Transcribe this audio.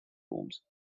rooms